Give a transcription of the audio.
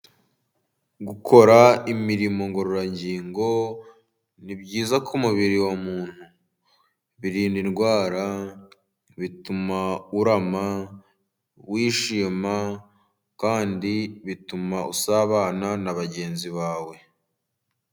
Gukora imirimo ngororangingo ni byiza ku mubiri wa muntu. Birinda indwara, bituma urama, wishima kandi bituma usabana na bagenzi bawe.